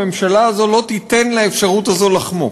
הממשלה הזאת לא תיתן לאפשרות הזאת לחמוק.